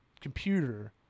computer